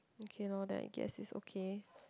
okay lor then I guess it's okay